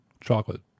chocolate